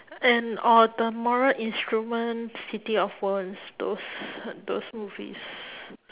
and or the mortal-instruments city-of-bones those those movies